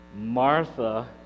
Martha